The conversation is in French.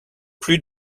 plus